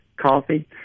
coffee